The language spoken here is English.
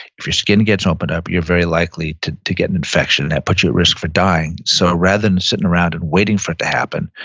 if your skin gets opened up, you're very likely to to get an infection and that puts you at risk for dying, so rather than sitting around and waiting for it to happen,